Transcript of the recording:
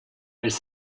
elles